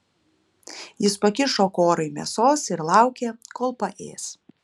jis pakišo korai mėsos ir laukė kol paės